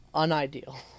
Unideal